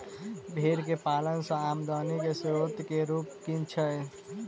भेंर केँ पालन सँ आमदनी केँ स्रोत केँ रूप कुन छैय?